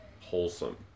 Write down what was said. wholesome